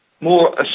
more